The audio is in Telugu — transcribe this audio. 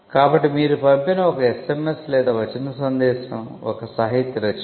కాబట్టి మీరు పంపిన ఒక SMS లేదా వచన సందేశం ఒక సాహిత్య రచన